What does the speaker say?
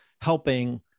helping